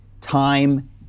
time